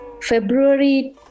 February